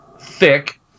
thick